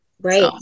Right